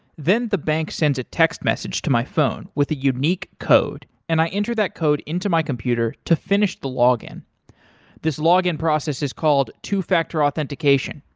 then the bank sends a txt message to my phone with a unique code and i enter that code into my computer to finish the login. this login process is called two-factor authentication.